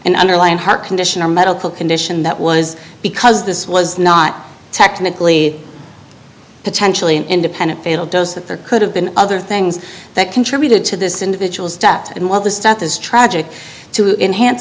an underlying heart condition or medical condition that was because this was not technically potentially an independent fatal does that there could have been other things that contributed to this individual stepped in while to stop this tragic to inhance